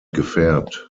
gefärbt